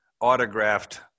autographed